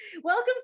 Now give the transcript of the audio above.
Welcome